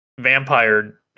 vampire